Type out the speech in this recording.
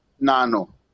Nano